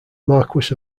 marquess